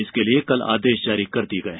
इसके लिए कल आदेश जारी कर दिये गये